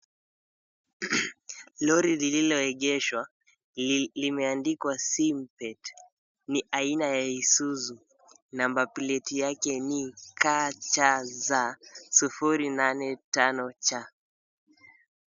Lori lililoegeshwa limeandikwa, "Simpet," ni aina ya Isuzu. Namba pleti yake ni KCZ 085C.